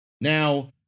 Now